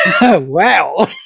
wow